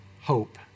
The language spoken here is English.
hope